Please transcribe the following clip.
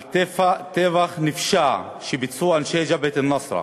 טבח נפשע שביצעו אנשי "ג'בהת א-נוסרה",